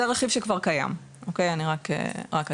זה רכיב שכבר קיים, אני רק אגיד.